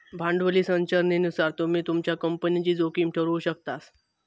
भांडवली संरचनेनुसार तुम्ही तुमच्या कंपनीची जोखीम ठरवु शकतास